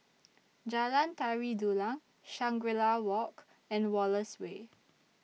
Jalan Tari Dulang Shangri La Walk and Wallace Way